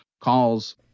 calls